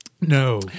No